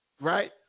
right